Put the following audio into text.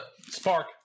spark